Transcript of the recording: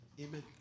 Amen